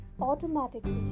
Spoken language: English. automatically